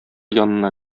янына